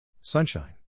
Sunshine